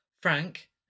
Frank